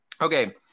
Okay